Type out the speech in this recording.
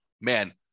man